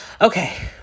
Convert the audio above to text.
okay